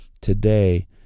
today